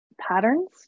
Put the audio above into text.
patterns